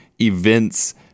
events